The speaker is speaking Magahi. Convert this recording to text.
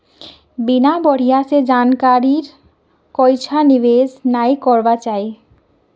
बिना बढ़िया स जानकारीर कोइछा निवेश नइ करबा चाई